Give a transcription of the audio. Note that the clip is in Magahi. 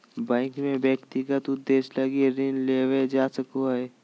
बैंक से व्यक्तिगत उद्देश्य लगी ऋण लेवल जा सको हइ